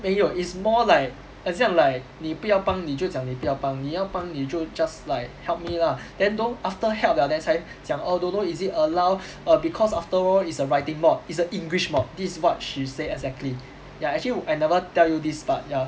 没有 it's more like 很像 like 你不要帮你就讲你不要帮你要帮你就 just like help me lah then don't after help liao then 才讲 oh don't know is it allow err because after all it's a writing mod it's a english mod this is what she say exactly yeah actually I never tell you this part yeah